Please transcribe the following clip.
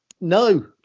no